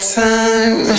time